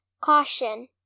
CAUTION